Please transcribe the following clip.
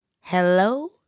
hello